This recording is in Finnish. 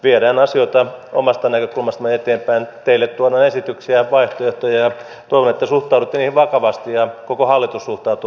viedään asioita omasta näkökulmastamme eteenpäin teille tuodaan esityksiä ja vaihtoehtoja ja toivon että suhtaudutte niihin vakavasti ja koko hallitus suhtautuu vakavasti